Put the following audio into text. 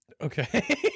Okay